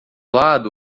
lado